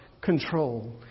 control